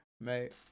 mate